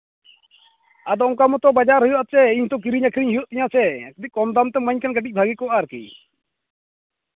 ᱟᱫᱚ ᱚᱱᱠᱟ ᱢᱚᱛᱚ ᱵᱟᱡᱟᱨ ᱦᱩᱭᱩᱜᱼᱟ ᱪᱮ ᱤᱧ ᱛᱚ ᱠᱤᱨᱤᱧ ᱟᱹᱠᱷᱨᱤᱧ ᱦᱩᱭᱩᱜ ᱛᱤᱧᱟᱹ ᱥᱮ ᱡᱩᱫᱤ ᱠᱚᱢ ᱫᱟᱢ ᱛᱮᱢ ᱤᱢᱟᱹᱧ ᱠᱷᱟᱱ ᱠᱟᱹᱴᱤᱡ ᱵᱷᱟᱹᱜᱤ ᱠᱚᱜᱼᱟ